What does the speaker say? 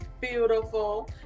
beautiful